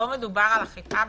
ולא בבתים.